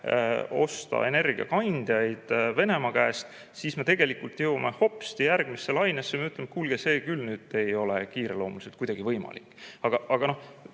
osta energiakandjaid Venemaa käest –, siis me tegelikult jõuame hopsti järgmisse lainesse ja ütleme, et kuulge, see küll ei ole kiireloomuliselt kuidagi võimalik.